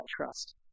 trust